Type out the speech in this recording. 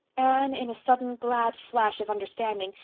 anne, in a sudden glad flash of understanding,